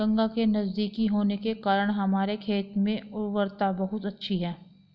गंगा के नजदीक होने के कारण हमारे खेत में उर्वरता बहुत अच्छी है